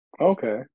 Okay